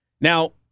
Now